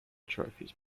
trophies